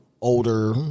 older